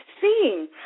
seeing